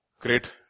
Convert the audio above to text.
Great